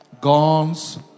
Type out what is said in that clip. Guns